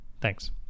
Thanks